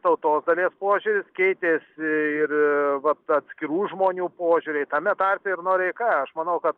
tautos dalies požiūris keitėsi ir vat atskirų žmonių požiūriai tame tarpe ir noreika aš manau kad